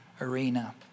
arena